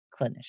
clinician